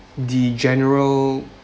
the general